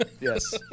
Yes